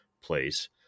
place